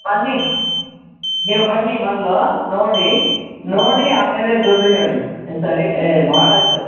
ಬನ್ನಿ ನೀವು ಬನ್ನಿ ಮೊದಲು ನೋಡಿ ನೋಡಿ ಆಮೇಲೆ ದುಡ್ಡು ಹೇಳಿ ಸರಿ ಏ ಭಾಳ ಆಯಿತು